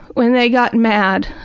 when they got mad.